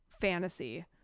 fantasy